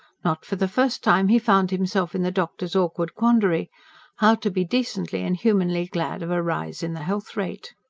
not for the first time he found himself in the doctor's awkward quandary how to be decently and humanly glad of a rise in the health-rate.